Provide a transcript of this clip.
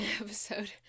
episode